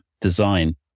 design